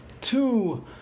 two